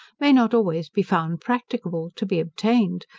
may not always be found practicable to be obtained,